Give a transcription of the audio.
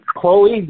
Chloe